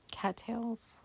cattails